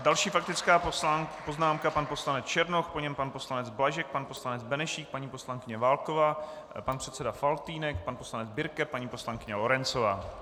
Další faktická poznámka pan poslanec Černoch, po něm pan poslanec Blažek, pan poslanec Benešík, paní poslankyně Válková, pan předseda Faltýnek, pan poslanec Birke, paní poslankyně Lorencová.